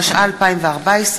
התשע"ה 2014,